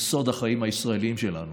יסוד החיים הישראליים שלנו.